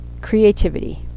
creativity